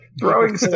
Throwing